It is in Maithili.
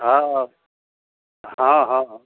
हँ हँ हँ